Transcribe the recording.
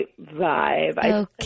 vibe